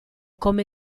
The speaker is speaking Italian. come